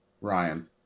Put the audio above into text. ryan